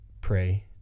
pray